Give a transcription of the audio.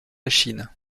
chine